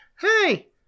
hey